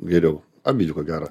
geriau abidvi ko gero